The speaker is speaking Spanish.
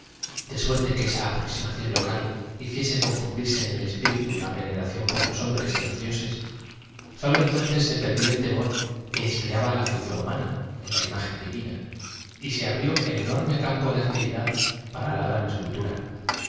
de suerte que esa aproxim ación local hiciese confundirse en e l espíritu la veneración por los hom bres y los dioses sólo entonces se perdió e l temor que inspiraba la figura humana en la imagen divina y se abrió el enorme campo de actividad p ara la gran escultura